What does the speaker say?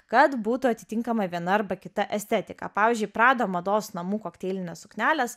kad būtų atitinkamai viena arba kita estetika pavyzdžiui prada mados namų kokteilinės suknelės